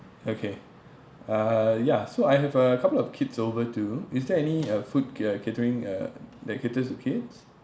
okay uh ya so I have a couple of kids over too is there any uh food uh catering uh that caters to kids